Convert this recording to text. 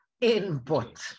input